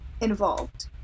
Involved